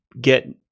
get